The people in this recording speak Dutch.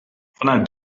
vanuit